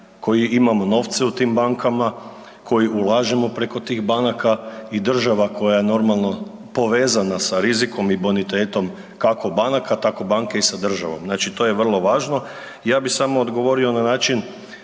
koji imamo novce u tim bankama, koji ulažemo preko tih banaka i država koja je normalno povezana sa rizikom i bonitetom kako banaka tako banke i sa državom. Znači to je vrlo važno. Ja bih samo odgovorio na način